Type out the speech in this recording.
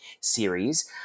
series